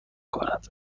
کند